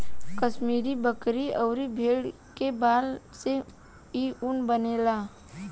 कश्मीरी बकरी अउरी भेड़ के बाल से इ ऊन बनेला